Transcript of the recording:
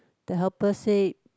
the helper say